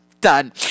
done